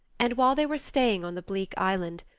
and while they were staying on the bleak island,